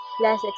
Less